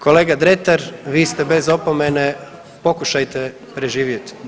Kolega Dretar vi ste bez opomene, pokušajte preživjeti.